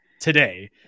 today